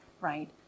right